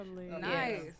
nice